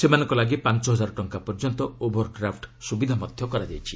ସେମାନଙ୍କ ଲାଗି ପାଞ୍ଚ ହଜାର ଟଙ୍କା ପର୍ଯ୍ୟନ୍ତ ଓଭର ଡ୍ରାଫ୍ ସୁବିଧା ମଧ୍ୟ କରାଯାଇଛି